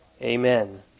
Amen